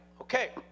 Okay